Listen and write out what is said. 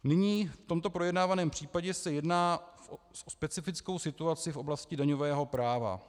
Nyní v tomto projednávaném případě se jedná o specifickou situaci v oblasti daňového práva.